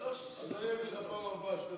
שלוש דקות, אדוני, לרשותך.